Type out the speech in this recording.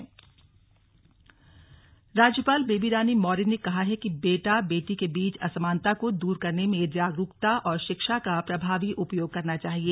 slug राज्यपाल राज्यपाल बेबी रानी मौर्य ने कहा है कि बेटा बेटी के बीच असमानता को दूर करने में जागरूकता और शिक्षा का प्रभावी उपयोग करना चाहिए